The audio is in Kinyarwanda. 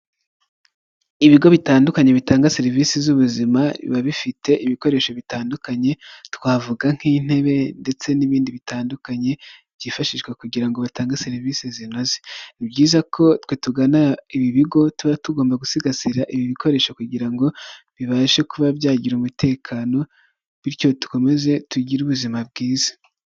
Ibigo bitandukanye bitanga serivisi z'ubuzima biba bifite ibikoresho bitandukanye, twavuga nk'intebe ndetse n'ibindi bitandukanye byifashishwa kugira ngo batange serivisi zinoze. Ni byiza ko twe tugana ibi bigo tuba tugomba gusigasira ibi bikoresho kugira ngo bibashe kuba byagira umutekano bityo dukomeze tugire ubuzima bwiza.